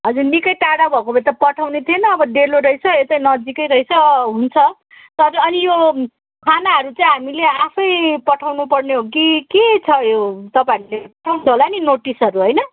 हजुर निकै टाढा भएको भए त पठाउने थिइनँ अब डेलो रहेछ यतै नजिकै रहेछ हुन्छ तपाईँ अनि यो खानाहरू चाहिँ हामीले आफै पठाउनुपर्ने हो कि के छ यो तपाईँहरूले पठाउनुहुन्छ होला नि नोटिसहरू होइन